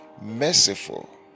merciful